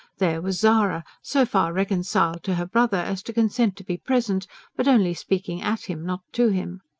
there was zara, so far reconciled to her brother as to consent to be present but only speaking at him, not to him.